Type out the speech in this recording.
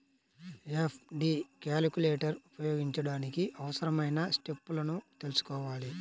FD calculator ఉపయోగించడానికి అవసరమైన స్టెప్పులను తెల్సుకోవాలి